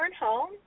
home